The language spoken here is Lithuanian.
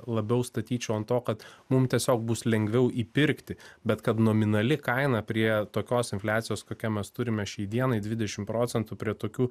labiau statyčiau ant to kad mum tiesiog bus lengviau įpirkti bet kad nominali kaina prie tokios infliacijos kokią mes turime šiai dienai dvidešim procentų prie tokių